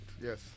yes